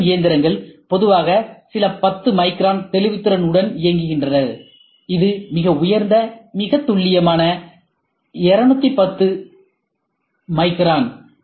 AM இயந்திரங்கள் பொதுவாக சில பத்து மைக்ரான்களின் தெளிவுத்திறன் உடன் இயங்குகின்றன இது மிக உயர்ந்த மிக துல்லியமான 210 மைக்ரான்